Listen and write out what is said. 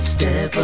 Step